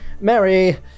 Mary